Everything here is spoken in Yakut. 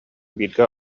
бииргэ